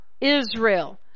Israel